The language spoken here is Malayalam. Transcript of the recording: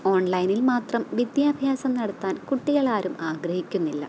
ഓൺലൈനിൽ മാത്രം വിദ്യാഭ്യാസം നടത്താൻ കുട്ടികളാരും ആഗ്രഹിക്കുന്നില്ല